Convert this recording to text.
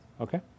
Okay